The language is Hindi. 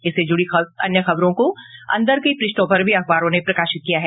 इससे जुड़ी अन्य खबरों को अंदर के पन्नों पर भी अखबारों ने प्रकाशित किया है